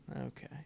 Okay